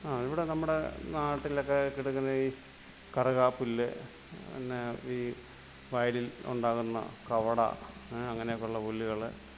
ആ ഇവിടെ നമ്മുടെ നാട്ടിലൊക്കെ കിടക്കുന്ന ഈ കറുകപുല്ല് പിന്നെ ഈ വയലിൽ ഉണ്ടാകുന്ന കവട അങ്ങനെയൊക്കെയുള്ള പുല്ലുകൾ